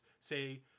say